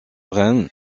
rehn